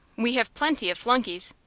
we have plenty of flunkeys.